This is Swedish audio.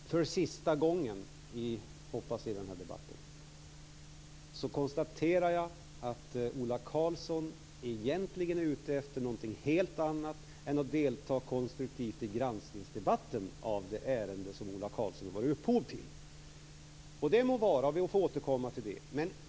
Fru talman! För sista gången, hoppas jag, i den här debatten konstaterar jag att Ola Karlsson egentligen är ute efter någonting helt annat än att konstruktivt delta i granskningsdebatten av det ärende som Ola Karlsson ger upphov till. Det må vara, vi får återkomma till det.